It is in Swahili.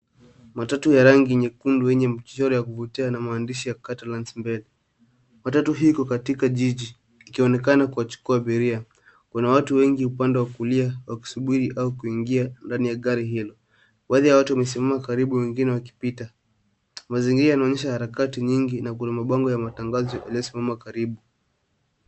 Matatu ya rangi nyekundu yenye mchoro ya kuvutia na maandishi ya Catalans mbele. Matatu hii iko katika jiji, ikionekana kuwachukua abiria. Kuna watu wengi upande wa kulia wakisubiri au kuingia ndani ya gari hilo. Baadhi ya watu wamesimama karibu wengine wakipita, mazingira yanaonyesha harakati nyingi na kuna mabango ya matangazo yaliyosimama karibu.